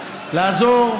נולד לעזור,